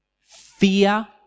fear